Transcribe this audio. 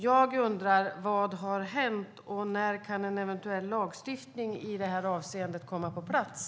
Jag undrar vad som har hänt, och när kan en eventuell lagstiftning i det här avseendet komma på plats?